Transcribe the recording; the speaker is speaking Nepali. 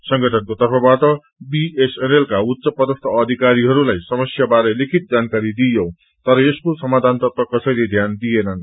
संगठनको तर्फबाट बीएसएनएल का उच्च पदस्थ अधिकरीहरूलाई समस्या बारे लिखित जानकारी दिइयो तर यसको सामाधानतर्फ कसैले ध्यान दिनन्